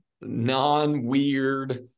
non-weird